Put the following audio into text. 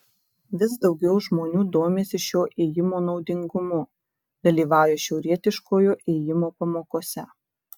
vis daugiau žmonių domisi šio ėjimo naudingumu dalyvauja šiaurietiškojo ėjimo pamokose